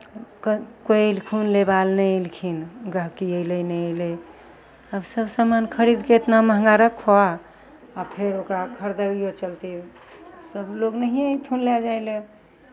क कोइ अयलखुन लेबय लए नहि अयलखिन गहिँकी अयलै नहि अयलै आब सभ सामान खरीद कऽ इतना महंगा रखहो आ फेर ओकरा खरीदैओ चलते सभ लोक नहिए अयथुन लय जाय लेल